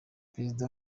perezida